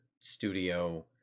studio